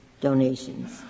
donations